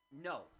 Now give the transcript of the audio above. no